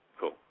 cool